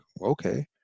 okay